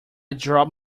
dropped